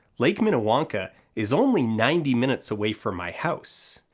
lake minnewanka is only ninety minutes away from my house.